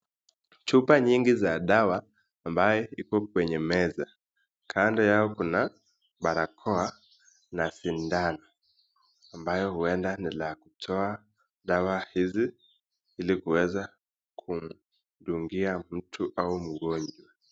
Chupa nyingi za dawa ambaye iko kwenye meza kando yao kuna barakoa na sindano ambaye huenda la kutoa dawa hizi hili keweza kutungia mtu au mgonjwa.